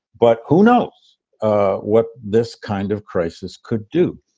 but who knows ah what this kind of crisis could do.